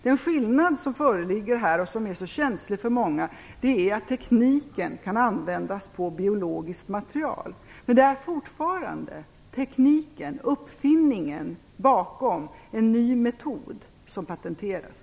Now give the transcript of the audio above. Den skillnad som föreligger här och som är så känslig för många är att tekniken kan användas på biologiskt material. Det är fortfarande tekniken, uppfinningen, bakom en ny metod som patenteras.